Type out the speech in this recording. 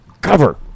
cover